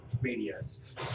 radius